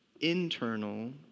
internal